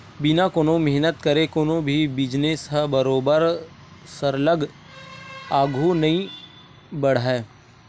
बिना कोनो मेहनत करे कोनो भी बिजनेस ह बरोबर सरलग आघु नइ बड़हय